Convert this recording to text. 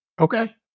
Okay